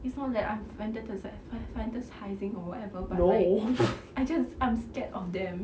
it's not that I'm fantasizing fantasizing or whatever but like I just I'm scared of them